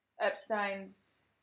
Epstein's